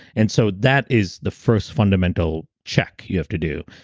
and so that is the first fundamental check you have to do.